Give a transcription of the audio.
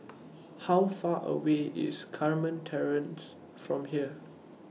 How Far away IS Carmen Terrace from here